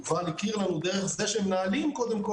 יובל הכיר לנו דרך זה שמנהלים קודם כל